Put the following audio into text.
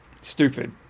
Stupid